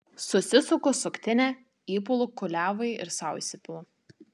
susisuku suktinę įpilu kuliavui ir sau įsipilu